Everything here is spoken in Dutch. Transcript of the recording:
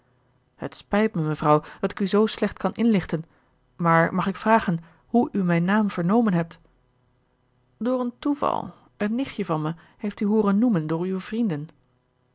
het spijt me mevrouw dat ik u zoo slecht kan inlichten maar mag ik vragen hoe u mijn naam vernomen hebt door een toeval een nichtje van me heeft u hooren noemen door uwe vrienden